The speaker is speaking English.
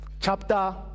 chapter